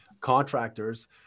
contractors